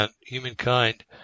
humankind